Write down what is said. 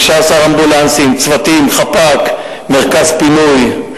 16 אמבולנסים, צוותים, חפ"ק, מרכז פינוי.